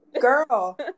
Girl